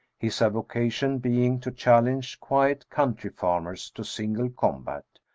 his avocation being to challenge quiet country farmers to single combat.